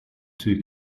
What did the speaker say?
two